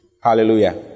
Hallelujah